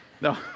No